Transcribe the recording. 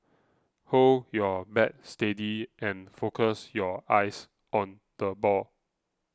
hold your bat steady and focus your eyes on the ball